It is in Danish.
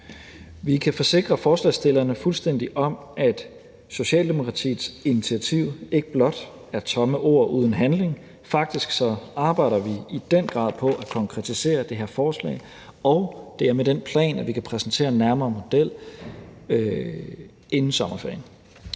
forsikre forslagsstillerne om, at Socialdemokratiets initiativ ikke blot er tomme ord uden handling. Faktisk arbejder vi i den grad på at konkretisere det her forslag, og det er med den plan, at vi kan præsentere en nærmere model inden sommerferien.